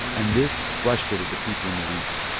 and this frustrated the people in the region